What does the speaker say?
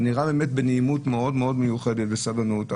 זה נראה באמת בנעימות מאוד מאוד מיוחדת וסבלנות,